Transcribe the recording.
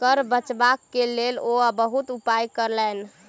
कर बचाव के लेल ओ बहुत उपाय कयलैन